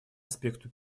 аспекту